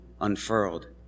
unfurled